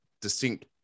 distinct